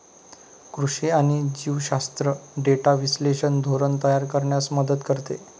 कृषी आणि जीवशास्त्र डेटा विश्लेषण धोरण तयार करण्यास मदत करते